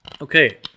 Okay